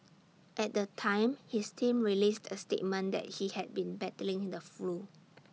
at the time his team released A statement that he had been battling in the flu